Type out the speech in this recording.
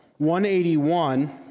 181